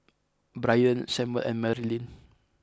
Bryant Samual and Marylin